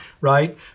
right